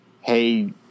Hey